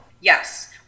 Yes